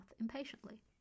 impatiently